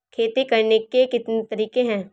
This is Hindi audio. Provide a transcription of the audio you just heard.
खेती करने के कितने तरीके हैं?